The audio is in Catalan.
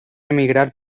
emigrar